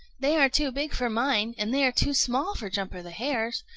they are too big for mine, and they are too small for jumper the hare's.